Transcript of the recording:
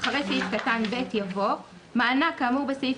"...אחרי סעיף קטן (ב) יבוא: מענק כאמור בסעיף